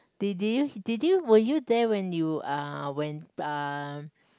did you did you were you there when you uh when uh